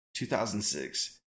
2006